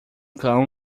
cão